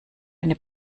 eine